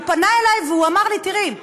הוא פנה אלי ואמר לי: תראי,